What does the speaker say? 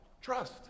Trust